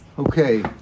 Okay